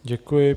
Děkuji.